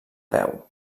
peu